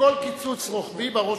שכל קיצוץ רוחבי, בראש